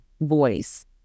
voice